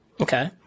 Okay